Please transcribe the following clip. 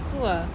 tu ah